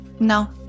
No